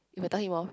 if I tell him off